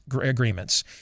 agreements